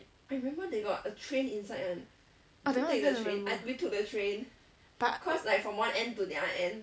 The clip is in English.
orh that one I can't remember but